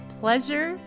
pleasure